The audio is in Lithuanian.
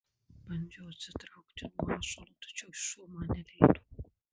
bandžiau atsitraukti nuo ąžuolo tačiau šuo man neleido